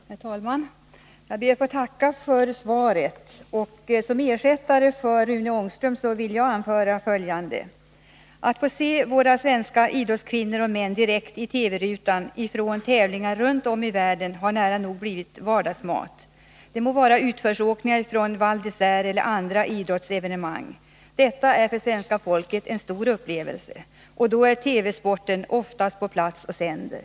Herr talman! Jag ber att få tacka för svaret. Som ersättare för Rune Ångström vill jag anföra följande: Att få se våra svenska idrottskvinnor och idrottsmän direkt i TV-rutan i sändningar från tävlingar runt om i världen har nära nog blivit vardagsmat. Det må vara utförsåkningar i Val d”Iseére eller andra idrottsevenemang. Detta är för svenska folket en stor upplevelse, och då är TV-sporten oftast på plats och sänder.